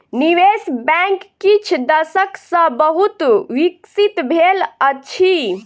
निवेश बैंक किछ दशक सॅ बहुत विकसित भेल अछि